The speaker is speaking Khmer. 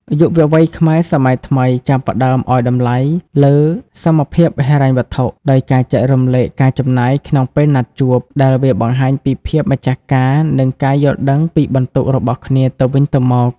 យុវវ័យខ្មែរសម័យថ្មីចាប់ផ្ដើមឱ្យតម្លៃលើ «សមភាពហិរញ្ញវត្ថុ» ដោយការចែករំលែកការចំណាយក្នុងពេលណាត់ជួប ដែលវាបង្ហាញពីភាពម្ចាស់ការ និងការយល់ដឹងពីបន្ទុករបស់គ្នាទៅវិញទៅមក។